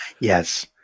Yes